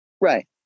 Right